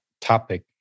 topic